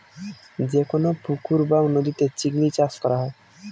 যেকোনো পুকুর বা নদীতে চিংড়ি চাষ করা হয়